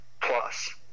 Plus